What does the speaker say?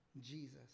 Jesus